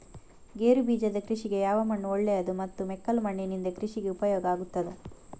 ಗೇರುಬೀಜದ ಕೃಷಿಗೆ ಯಾವ ಮಣ್ಣು ಒಳ್ಳೆಯದು ಮತ್ತು ಮೆಕ್ಕಲು ಮಣ್ಣಿನಿಂದ ಕೃಷಿಗೆ ಉಪಯೋಗ ಆಗುತ್ತದಾ?